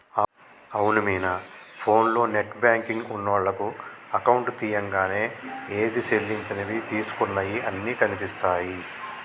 అవును మీనా ఫోన్లో నెట్ బ్యాంకింగ్ ఉన్నోళ్లకు అకౌంట్ తీయంగానే ఏది సెల్లించినవి తీసుకున్నయి అన్ని కనిపిస్తాయి